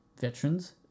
veterans